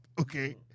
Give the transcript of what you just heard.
okay